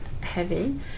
heavy